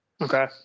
Okay